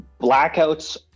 Blackouts